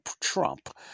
Trump